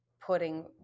putting –